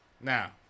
now